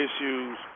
issues